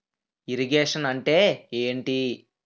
Irrigation అంటే ఏంటీ?